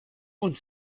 und